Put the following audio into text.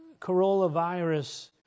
coronavirus